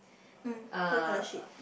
mm white colour sheet